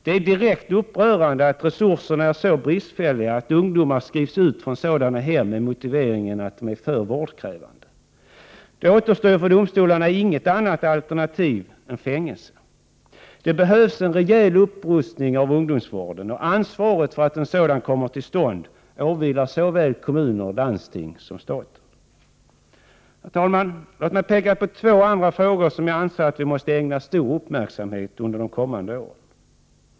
Det är direkt upprörande att resurserna är så bristfälliga att ungdomar skrivs ut från sådana hem med motiveringen att de är för vårdkrävande. Då återstår ju för domstolarna inget annat alternativ än fängelse. Det behövs en rejäl upprustning av ungdomsvården. Ansvaret för att en sådan kommer till stånd åvilar såväl kommuner och landsting som staten. Herr talman! Låt mig peka på två andra frågor som jag anser att vi måste ägna stor uppmärksamhet under de kommande två åren.